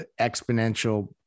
exponential